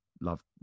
love